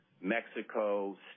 Mexico